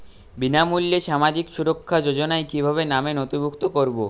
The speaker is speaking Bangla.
বিনামূল্যে সামাজিক সুরক্ষা যোজনায় কিভাবে নামে নথিভুক্ত করবো?